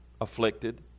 afflicted